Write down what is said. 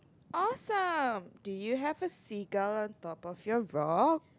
awesome do you have a seagull on top of your rock